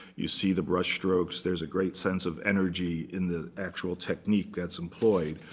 you see the brush strokes. there's a great sense of energy in the actual technique that's employed.